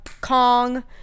Kong